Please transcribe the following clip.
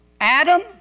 Adam